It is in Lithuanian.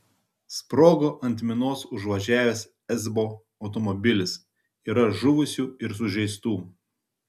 sprogo ant minos užvažiavęs esbo automobilis yra žuvusių ir sužeistų